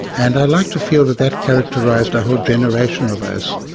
and i like to feel that that characterised a whole generation of us.